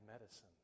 medicine